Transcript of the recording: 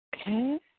Okay